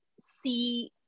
see